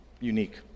unique